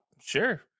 Sure